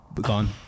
Gone